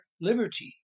liberty